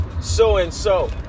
so-and-so